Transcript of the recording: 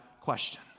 question